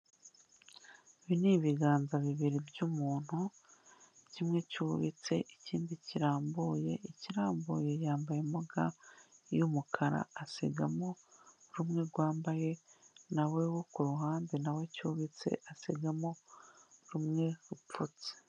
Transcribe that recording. Ibi ni ibiganza bibiri by'umuntu, kimwe cyubitse ikindi kirambuye. Ikirambuye yambayemo ga y'umukara asigamo rumwe rwambaye na we wo kuruhande na we cyubitse asigamo rumwe rupfutse.